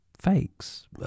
fakes